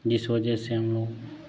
जिस वजह से हम लोग